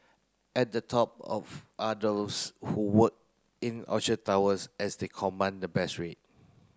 at the top of are those who work in Orchard Towers as they command the best rate